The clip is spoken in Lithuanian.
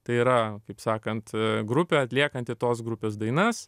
tai yra kaip sakant grupė atliekanti tos grupės dainas